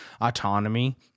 autonomy